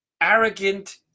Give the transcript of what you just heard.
arrogant